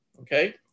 okay